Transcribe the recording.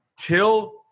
till